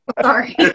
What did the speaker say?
Sorry